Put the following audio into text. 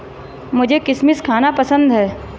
मुझें किशमिश खाना पसंद है